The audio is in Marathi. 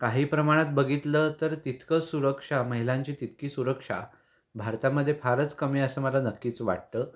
काही प्रमाणात बघितलं तर तितकं सुरक्षा महिलांची तितकी सुरक्षा भारतामधे फारच कमी आहे असं मला नक्कीच वाटतं